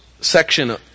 section